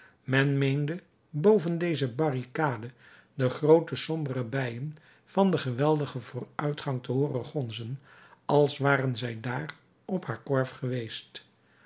men meende boven deze barricade de groote sombere bijen van den geweldigen vooruitgang te hooren gonzen als waren zij dààr op haar korf geweest